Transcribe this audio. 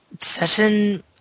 certain